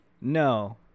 No